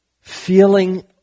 feeling